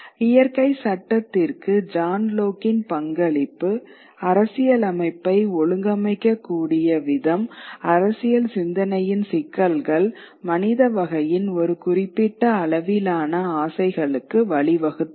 இயற்கை சட்டத்திற்கு ஜான் லோக்கின் பங்களிப்பு அரசியலமைப்பை ஒழுங்கமைக்கக்கூடிய விதம் அரசியல் சிந்தனையின் சிக்கல்கள் மனித வகையின் ஒரு குறிப்பிட்ட அளவிலான ஆசைகளுக்கு வழிவகுத்தன